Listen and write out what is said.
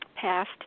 passed